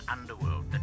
Underworld